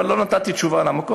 אבל לא נתתי תשובה על המקום,